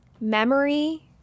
memory